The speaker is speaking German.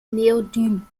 neodym